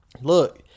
look